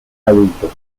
adultos